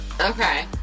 Okay